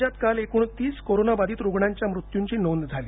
राज्यातकाल एकूण तीस कोरोनाबाधित रुग्णांच्या मृत्यूंची नोंद झाली